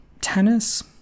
tennis